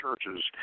churches